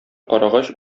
карагач